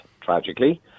tragically